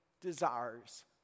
desires